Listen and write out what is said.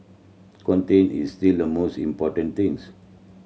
content is still the most important things